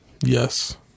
Yes